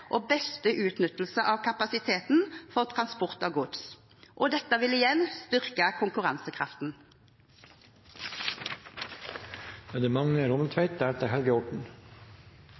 transport av gods, og dette vil igjen styrke